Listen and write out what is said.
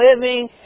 living